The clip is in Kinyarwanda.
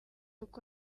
uko